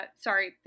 Sorry